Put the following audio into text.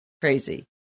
crazy